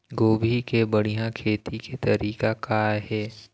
गोभी के बढ़िया खेती के तरीका का हे?